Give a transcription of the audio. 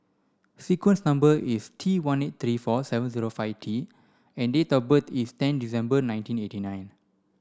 sequence number is T one eight three four seven zero five T and date of birth is ten December nineteen eighty nine